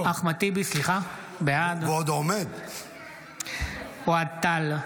בעד אוהד טל,